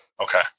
Okay